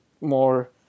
more